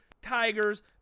tigers